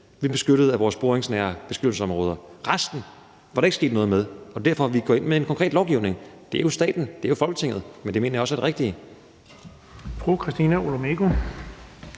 at beskytte 9 pct. af vores boringsnære beskyttelsesområder. Resten var der ikke sket noget med. Det er derfor, vi går ind med en konkret lovgivning, og det er jo staten, og det er Folketinget, men det mener jeg også er det rigtige.